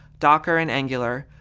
docker, and angular,